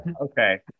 Okay